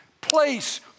place